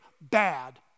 bad